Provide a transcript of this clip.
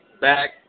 back